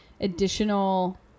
additional